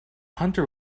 hunter